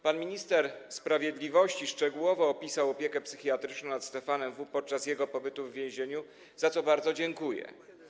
Pan minister sprawiedliwości szczegółowo opisał opiekę psychiatryczną nad Stefanem W. podczas jego pobytu w więzieniu, za co bardzo dziękuję.